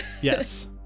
Yes